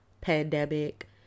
Pandemic